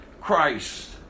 Christ